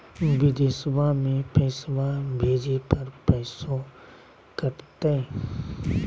बिदेशवा मे पैसवा भेजे पर पैसों कट तय?